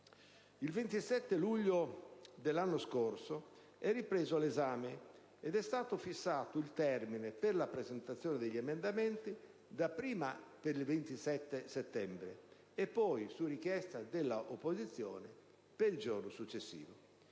Il 27 luglio dell'anno scorso è ripreso l'esame, ed è stato fissato il termine per la presentazione degli emendamenti dapprima per il 27 settembre, e poi, su richiesta dell'opposizione, per il giorno successivo.